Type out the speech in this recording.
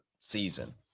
season